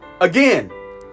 Again